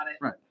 Right